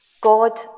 God